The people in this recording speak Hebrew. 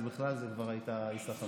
אז בכלל זו הייתה היסחפות.